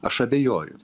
aš abejoju